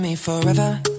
Forever